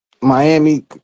Miami